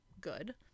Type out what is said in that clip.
good